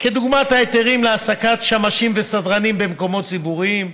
כדוגמת ההיתרים להעסקת שמשים וסדרנים במקומות ציבוריים,